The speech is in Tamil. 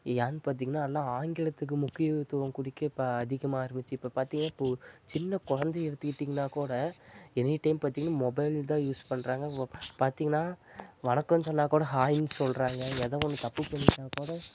ஏன்னு பார்த்திங்கன்னா எல்லாம் ஆங்கிலத்துக்கு முக்கியத்துவம் கொடுக்க அதிகமாக ஆரம்மிச்சு இப்போ பார்த்திங்கன்னா இப்போ சின்ன குழந்தைய எடுத்துக்கிட்டிங்கன்னால் கூட எனி டைம் பார்த்திங்கன்னா மொபைல் தான் யூஸ் பண்ணுறாங்க பார்த்திங்கன்னா வணக்கம் சொன்னால் கூட ஹாய்னு சொல்கிறாங்க எதாது ஒன்று தப்பு பண்ணிட்டால் கூட